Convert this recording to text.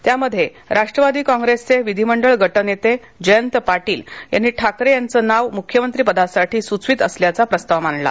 त्यामध्ये राष्ट्रवादी कॉग्रेसचे विधिमंडळ गटनेते जयंत पाटील यांनी ठाकरे यांचं नाव मुख्यमंत्री पदासाठी सुचवीत असल्याचा प्रस्ताव मांडला